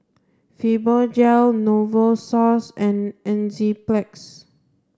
Fibogel Novosource and Enzyplex